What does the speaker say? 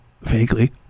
Vaguely